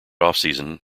offseason